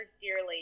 dearly